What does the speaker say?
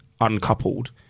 uncoupled